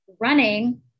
running